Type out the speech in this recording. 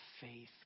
faith